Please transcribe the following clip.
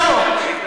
צר לו.